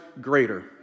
greater